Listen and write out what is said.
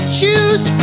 choose